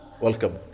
Welcome